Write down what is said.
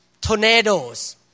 tornadoes